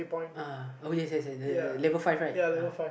uh okay yes yes yes the level five right uh